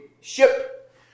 Ship